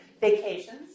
vacations